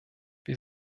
wir